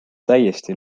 täiesti